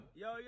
yo